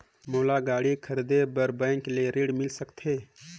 मोला गाड़ी खरीदे बार बैंक ले ऋण मिल सकथे?